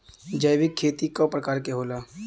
जैविक खेती कव प्रकार के होला?